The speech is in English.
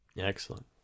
Excellent